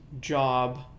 job